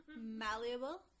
Malleable